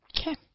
Okay